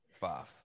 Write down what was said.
five